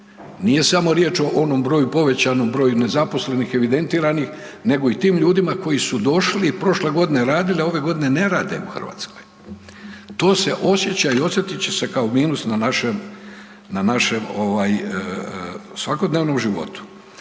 Nije samo riječ o onom povećanom broju nezaposlenih evidentiranih nego i tim ljudima koji su došli i prošle godine radili, a ove godine ne rade u Hrvatskoj. To se osjeća i osjetit će se kao minus na našem svakodnevnom životu.